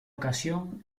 ocasión